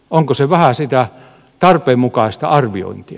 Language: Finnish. onko se vähän sitä tarpeenmukaista arviointia